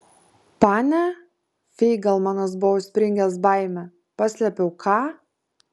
pane feigelmanas buvo užspringęs baime paslėpiau ką